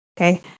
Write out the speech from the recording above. Okay